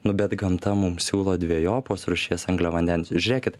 nu bet gamta mum siūlo dvejopos rūšies angliavandenius žiūrėkit